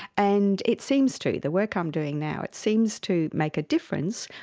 and it seems to. the the work i'm doing now, it seems to make a difference,